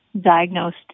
diagnosed